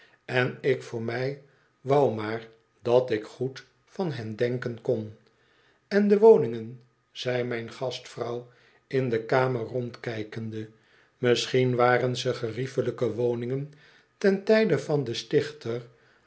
en ik voor mij wou maar dat ik goed van hen denken kon en de woningen zei mijn gastvrouw in de kamer rondkijkende misschien waren ze geriefelijke woningen ten tijde van den stichter